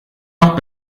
noch